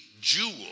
jewel